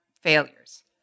failures